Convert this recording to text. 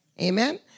Amen